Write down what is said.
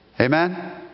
Amen